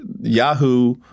Yahoo